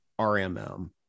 RMM